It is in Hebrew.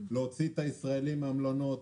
להוציא את הישראלים לטיולים מן המלונות.